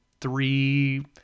three